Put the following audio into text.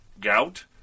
gout